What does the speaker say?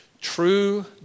True